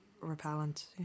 repellent